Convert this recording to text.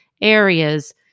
areas